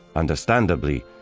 understandably,